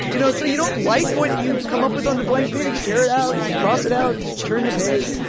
you know so you don't like what you come up with on the blank page? tear it out and cross it out turn the page.